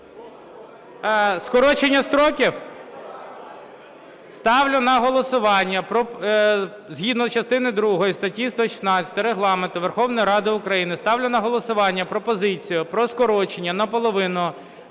Скорочення строків? Ставлю на голосування. Згідно частини другої статті 116 Регламенту Верховної Ради України ставлю на голосування пропозицію про скорочення наполовину